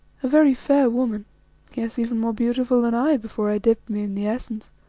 a very fair woman yes, even more beautiful than i before i dipped me in the essence,